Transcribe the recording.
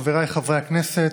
חבריי חברי הכנסת,